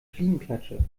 fliegenklatsche